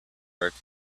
earth